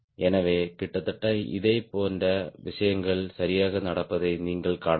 எனவே கிட்டத்தட்ட இதே போன்ற விஷயங்கள் சரியாக நடப்பதை நீங்கள் காணலாம்